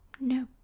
No